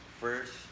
First